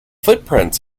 footprints